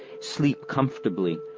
sleep comfortably,